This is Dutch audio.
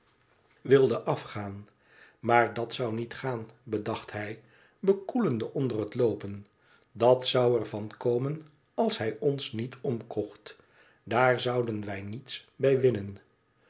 wilde afgaan maar dat zou niet gaan bedacht hij bekoelende onder hetloopen t dat zou er van komen als hij ons niet omkocht daar zouden wij niets bij winnen